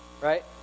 right